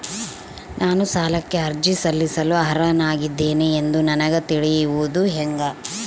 ನಾನು ಸಾಲಕ್ಕೆ ಅರ್ಜಿ ಸಲ್ಲಿಸಲು ಅರ್ಹನಾಗಿದ್ದೇನೆ ಎಂದು ನನಗ ತಿಳಿಯುವುದು ಹೆಂಗ?